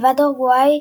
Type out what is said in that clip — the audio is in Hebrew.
מלבד אורוגוואי,